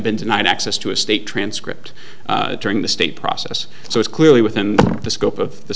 been denied access to a state transcript during the state process so it's clearly within the scope of the